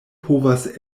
povas